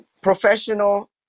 professional